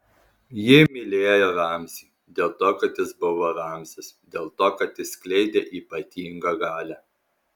ji mylėjo ramzį dėl to kad jis buvo ramzis dėl to kad jis skleidė ypatingą galią